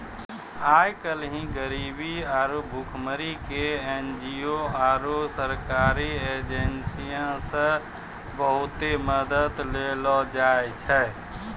आइ काल्हि गरीबी आरु भुखमरी के एन.जी.ओ आरु सरकारी एजेंसीयो से बहुते मदत देलो जाय छै